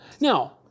Now